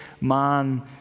man